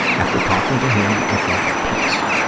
after talking to him, i felt at peace.